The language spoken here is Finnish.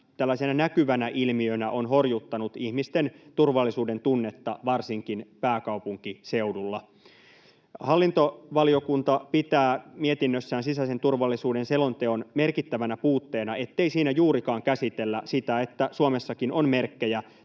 tällaisena näkyvänä ilmiönä on horjuttanut ihmisten turvallisuudentunnetta, varsinkin pääkaupunkiseudulla. Hallintovaliokunta pitää mietinnössään sisäisen turvallisuuden selonteon merkittävänä puutteena, ettei siinä juurikaan käsitellä sitä, että Suomessakin on merkkejä